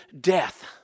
death